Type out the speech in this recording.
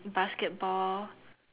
basketball